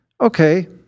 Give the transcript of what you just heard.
okay